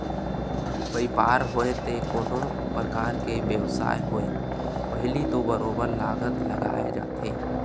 बइपार होवय ते कोनो परकार के बेवसाय होवय पहिली तो बरोबर लागत लगाए जाथे